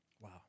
Wow